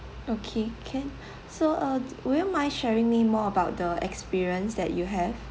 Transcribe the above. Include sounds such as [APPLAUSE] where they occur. okay can [BREATH] so uh would you mind sharing me more about the experience that you have